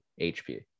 hp